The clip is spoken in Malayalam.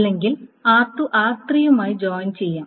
അല്ലെങ്കിൽ r2 r3 മായി ജോയിൻ ചെയ്യാം